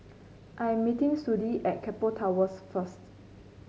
I'm meeting Sudie at Keppel Towers first